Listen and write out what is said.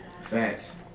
Facts